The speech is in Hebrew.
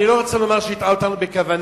אני לא רוצה לומר שהטעה אותנו בכוונה,